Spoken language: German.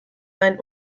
ein